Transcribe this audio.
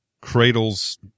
cradles